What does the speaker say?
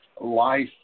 Life